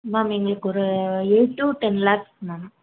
ma'am எங்களுக்கு ஒரு eight to ten lakh ma'am